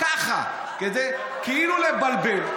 ככה, כאילו לבלבל.